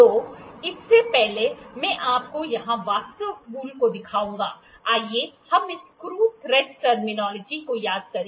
तो इससे पहले कि मैं आपको यहां वास्तव टूल को दिखाऊँ आइए हम इस स्क्रू थ्रेड टर्मिनोलॉजी को याद करें